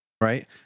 Right